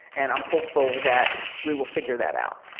and i'm hopeful that we will figure that out